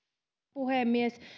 puhemies